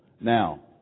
Now